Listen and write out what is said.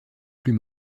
plus